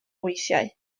weithiau